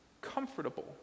comfortable